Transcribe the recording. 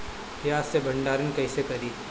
प्याज के भंडारन कईसे करी?